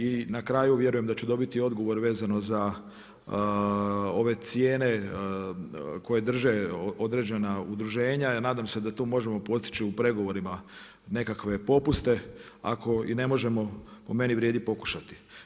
I na kraju vjerujem da ću dobiti odgovor vezano za ove cijene koje drže određena udruženja jer nadam se da tu možemo postići u pregovorima nekakve popuste, ako i ne možemo, po meni vrijedi pokušati.